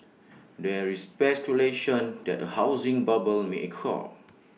there is speculation that A housing bubble may occur